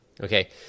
Okay